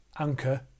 Anchor